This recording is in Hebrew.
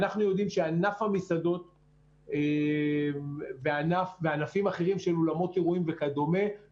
היכן אנחנו עומדים ואנחנו עדיין מנסים להתייעל ולהוריד את כמות הבדיקות